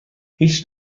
هیچ